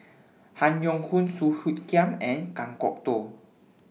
Han Yong Hong Song Hoot Kiam and Kan Kwok Toh